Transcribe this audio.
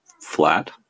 flat